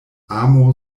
amo